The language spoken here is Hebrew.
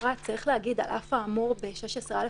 אפרת צריך להגיד "על אף האמור ב-16א".